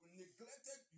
neglected